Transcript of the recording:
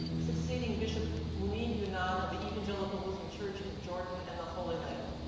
succeeding bishop munib younan of the evangelical lutheran church in jordan and the holy land.